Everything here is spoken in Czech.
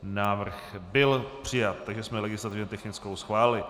Návrh byl přijat, takže jsme legislativně technickou schválili.